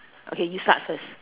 okay you start first